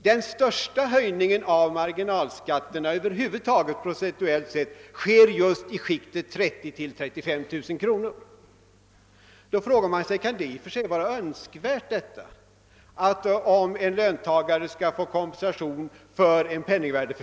Den största höjningen av marginalskatterna över huvud taget, procentuellt sett, sker just i skiktet 30 000—35 000 kronor. Tyvärr ser det ut som om vi skulle få en inflation här i landet.